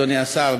אדוני השר,